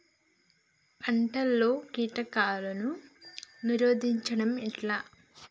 పంటలలో కీటకాలను నిరోధించడం ఎట్లా?